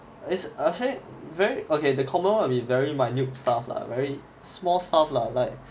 is err K very okay the common will be very minute stuff lah very small stuff lah like